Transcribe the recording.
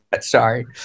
Sorry